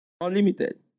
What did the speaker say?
Unlimited